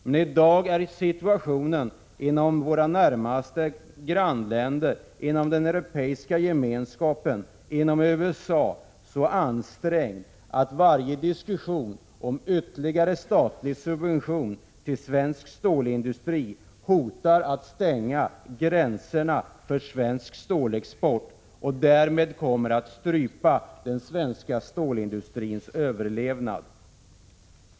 Men i dag är situationen i våra närmaste grannländer, inom den Europeiska gemenskapen och i USA så ansträngd att varje diskussion om ytterligare statlig subvention till svensk stålindustri hotar att stänga gränserna för svensk stålexport. Därmed kommer den svenska stålindustrins chanser till överlevnad att strypas.